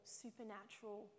supernatural